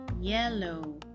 yellow